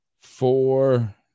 Four